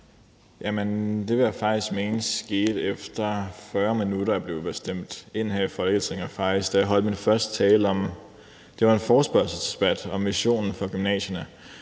Det vil jeg faktisk mene skete efter 40 minutter, da jeg var blevet stemt ind her i Folketinget og faktisk holdt min første tale. Det var ved en forespørgselsdebat om visionen for gymnasierne.